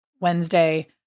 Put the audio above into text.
Wednesday